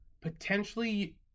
potentially